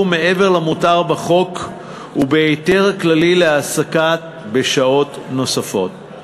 מעבר למותר בחוק ובהיתר כללי להעסקה בשעות נוספות.